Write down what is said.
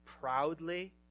proudly